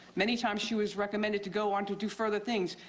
many times she was recommended to go on to do further things,